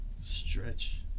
stretch